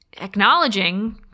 acknowledging